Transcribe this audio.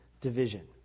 division